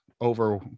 over